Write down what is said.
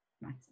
nice